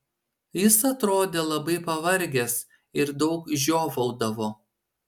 jis atrodė labai pavargęs ir daug žiovaudavo